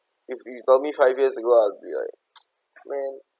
if you told me five years ago lah I'll be like man